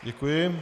Děkuji.